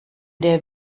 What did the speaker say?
der